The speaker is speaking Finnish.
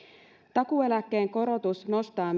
takuueläkkeen korotus nostaa